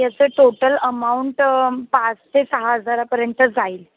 याचं total amount पाच ते सहा हजारापर्यंत जाईल